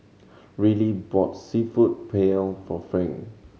Rillie bought Seafood Paella for Frank